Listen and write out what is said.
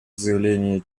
заявлении